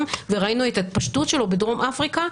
וראינו את ההתפשטות שלו בדרום אפריקה,